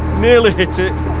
nearly hit it.